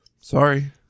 sorry